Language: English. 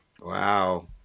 Wow